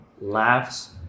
laughs